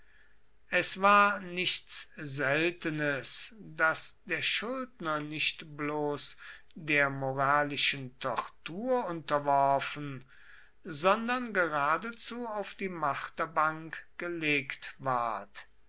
es war nichts seltenes daß der schuldner nicht bloß der moralischen tortur unterworfen sondern geradezu auf die marterbank gelegt ward